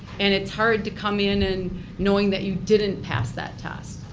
and it's hard to come in and knowing that you didn't pass that test.